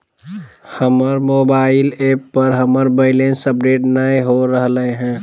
हमर mobile app पर हमर बैलेंस अपडेट नय हो रहलय हें